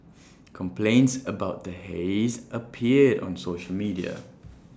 complaints about the haze appeared on social media